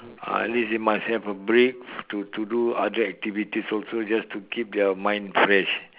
ah at least you must have a beak to to do other activities also just to keep the mind fresh